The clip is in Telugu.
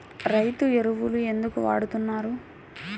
రైతు ఎరువులు ఎందుకు వాడుతున్నారు?